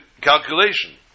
calculation